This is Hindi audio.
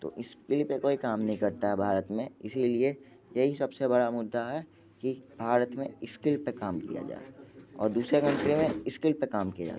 तो इस्किल पर कोई काम नहीं करता भारत में इसी लिए यही सब से बड़ा मुद्दा है कि भारत में इस्किल पर काम किया जाए और दूसरे कंट्री में इस्किल पर काम किया जाता है